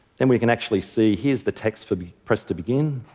then we can actually see here is the text for the press to begin.